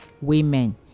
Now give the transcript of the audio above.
women